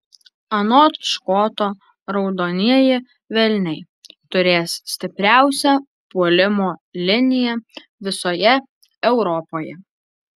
anot škoto raudonieji velniai turės stipriausią puolimo liniją visoje europoje